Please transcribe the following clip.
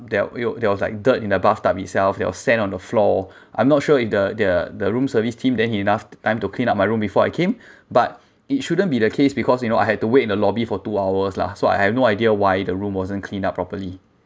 there was !eww! there was like dirt in a bathtub itself there was sand on the floor I'm not sure if the the the room service team didn't enough time to clean up my room before I came but it shouldn't be the case because you know I had to wait in the lobby for two hours lah so I have no idea why the room wasn't clean up properly